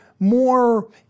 more